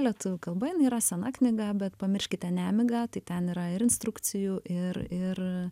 lietuvių kalba jinai yra sena knyga bet pamirškite nemigą tai ten yra ir instrukcijų ir ir